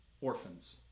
orphans